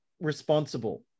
responsible